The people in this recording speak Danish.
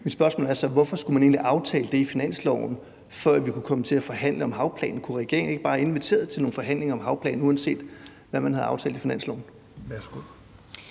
Hvorfor skulle man egentlig aftale det i finansloven, før vi kunne komme til at forhandle om havplanen? Kunne regeringen ikke bare have inviteret til nogle forhandlinger om havplanen, uanset hvad man havde aftalt i finansloven?